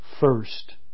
first